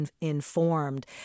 informed